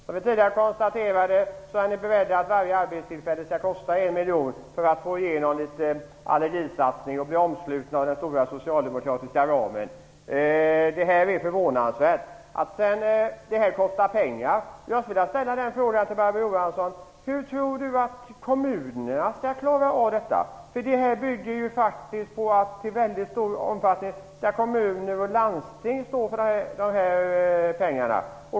Som jag tidigare konstaterade är ni beredda på att varje arbetstillfälle skall kosta en miljon för att få igenom litet allergisatsning och bli omsluten av den stora socialdemokratiska ramen. Detta är förvånansvärt. Det här kostar pengar. Jag skulle vilja ställa frågan till Barbro Johansson: Hur tror Barbro Johansson att kommunerna skall klara av detta? Det bygger faktiskt på att kommuner och landsting i väldigt stor omfattning står för pengarna.